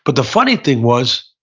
but the funny thing was,